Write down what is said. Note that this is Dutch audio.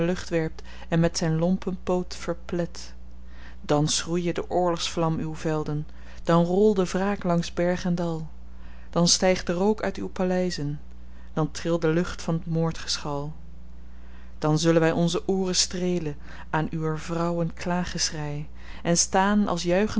werpt en met zyn lompen poot verplet dan schroeie de oorlogsvlam uw velden dan roll de wraak langs berg en dal dan styg de rook uit uw paleizen dan trill de lucht van t moordgeschal dan zullen wy onze ooren streelen aan uwer vrouwen klaaggeschrei en staan als